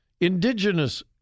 indigenous